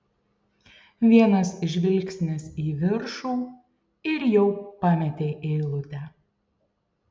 vienas žvilgsnis į viršų ir jau pametei eilutę